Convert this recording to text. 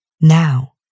Now